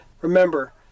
Remember